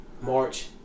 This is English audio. March